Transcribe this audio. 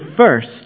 first